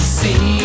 see